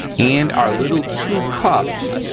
and our little two cups,